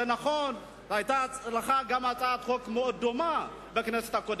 גם לך היתה הצעת חוק מאוד דומה בכנסת הקודמת.